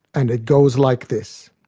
and it goes like this